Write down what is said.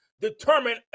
determine